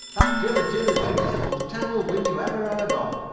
that jilla-jilly wind is the most terrible wind you ever heard of!